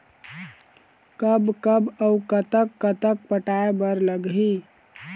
कब कब अऊ कतक कतक पटाए बर लगही